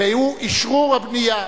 והיא אשרור הבנייה.